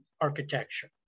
architecture